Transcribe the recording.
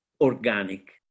organic